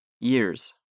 years